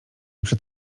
przed